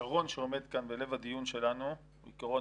שהעיקרון שעומד כאן בלב הדיון שלנו הוא עיקרון